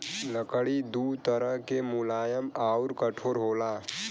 लकड़ी दू तरह के मुलायम आउर कठोर होला